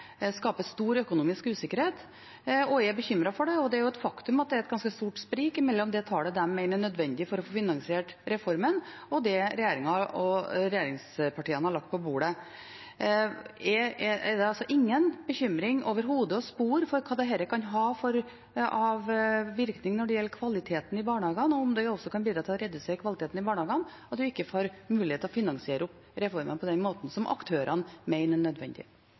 jo et faktum at det er et ganske stort sprik mellom det tallet de mener er nødvendig for å få finansiert reformen, og det regjeringen og regjeringspartiene har lagt på bordet. Er det altså ingen bekymring overhodet å spore for hvilken virkning dette kan ha for kvaliteten i barnehagene, og for om det også kan bidra til å redusere kvaliteten i barnehagene når en ikke får muligheten til å finansiere opp reformen på den måten som aktørene mener er nødvendig?